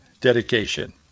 dedication